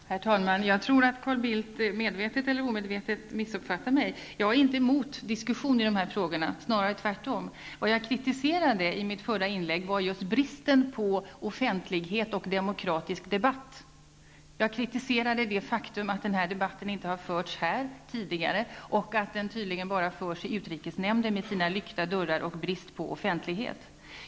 Herr talman! Jag tror att Carl Bildt medvetet eller omedvetet missuppfattar mig. Jag är inte emot diskussion i dessa frågor, snarare tvärtom. Vad jag kritiserade i mitt förra inlägg var just bristen på offentlighet och demokratisk debatt. Jag kritiserade det faktum att denna debatt inte har förts här tidigare och att den tydligen bara förs i utrikesnämnden med dess lyckta dörrar och brist på offentlighet.